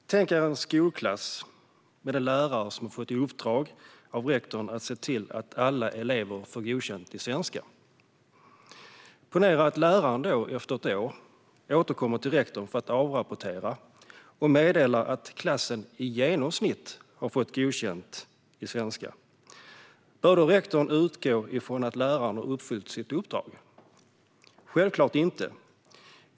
Herr talman! Tänk er en skolklass med en lärare som får i uppdrag av rektorn att se till att alla elever får godkänt i svenska. Ponera att läraren efter ett år återkommer till rektorn för att avrapportera och meddelar att klassen i genomsnitt har fått godkänt i svenska. Bör då rektorn utgå från att läraren har uppfyllt sitt uppdrag? Självklart inte.